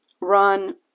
run